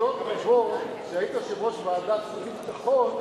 זכויות רבות, כשהיית יושב-ראש ועדת החוץ והביטחון,